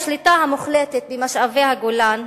השליטה המוחלטת במשאבי הגולן,